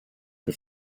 che